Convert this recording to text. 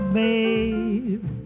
babe